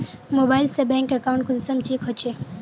Mobile से bank account कुंसम check होचे?